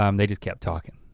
um they just kept talking,